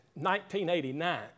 1989